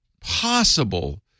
possible